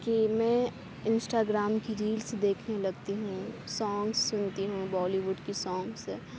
کہ میں Instagram کی ریلس دیکھنے لگتی ہوں سانگ سُنتی ہوں بالی ووڈ کی سانگس